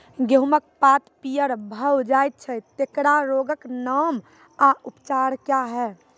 गेहूँमक पात पीअर भअ जायत छै, तेकरा रोगऽक नाम आ उपचार क्या है?